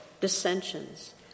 dissensions